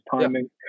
timing